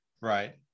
Right